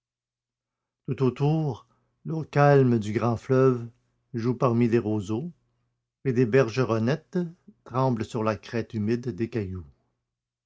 tout autour l'eau calme du grand fleuve joue parmi les roseaux et des bergeronnettes tremblent sur la crête humide des cailloux